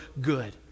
good